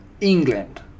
England